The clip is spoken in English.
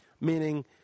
meaning